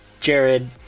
Jared